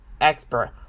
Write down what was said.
expert